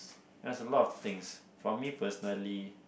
there's a lot of things for me personally